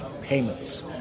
payments